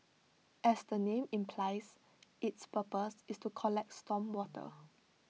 as the name implies its purpose is to collect storm water